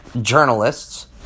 journalists